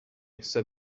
said